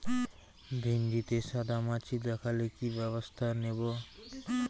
ভিন্ডিতে সাদা মাছি দেখালে কি ব্যবস্থা নেবো?